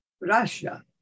Russia